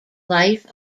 life